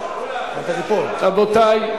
רבותי,